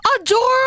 Adorable